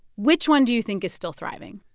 which one do you think is still thriving?